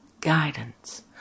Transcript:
guidance